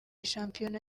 shampiona